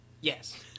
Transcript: Yes